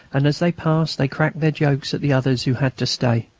and as they passed they cracked their jokes at the others who had to stay.